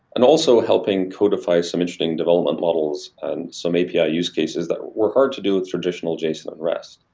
and also helping codify some interesting development models and some api use cases that were hard to do with traditional json and rest